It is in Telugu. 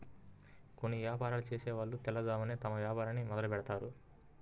కొన్ని యాపారాలు చేసేవాళ్ళు తెల్లవారుజామునే తమ వ్యాపారాన్ని మొదలుబెడ్తారు